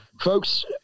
folks